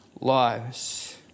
lives